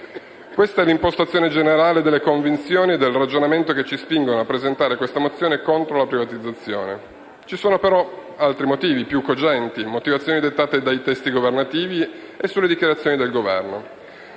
Questa è l'impostazione generale delle convinzioni e del ragionamento che ci spingono a presentare questa mozione contro la privatizzazione. Ci sono però altri motivi più cogenti, motivazioni dettate dai testi governativi e dalle dichiarazioni del Governo.